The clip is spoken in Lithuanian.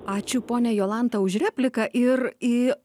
ačiū ponia jolanta už repliką ir į